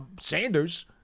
Sanders